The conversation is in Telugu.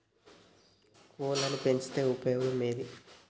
కోళ్లని పెంచితే ఉపయోగం ఏంది?